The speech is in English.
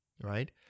right